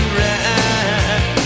right